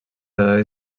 dades